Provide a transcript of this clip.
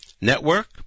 network